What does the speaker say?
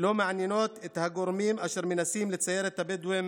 לא מעניינות את הגורמים אשר מנסים לצייר את הבדואים